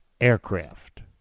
aircraft